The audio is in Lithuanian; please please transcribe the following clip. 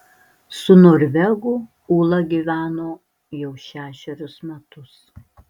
su norvegu ūla gyveno jau šešerius metus